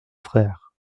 frère